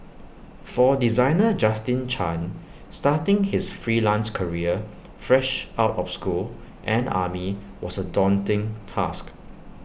for designer Justin chan starting his freelance career fresh out of school and army was A daunting task